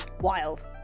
wild